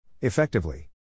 Effectively